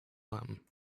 phlegm